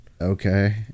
Okay